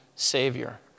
Savior